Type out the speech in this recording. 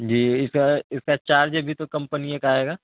جی اس کا اس کا چارجر بھی تو کمپنیے کا آئے گا